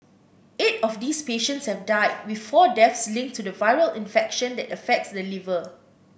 eight of these patients have died with four deaths linked to the viral infection that affects the liver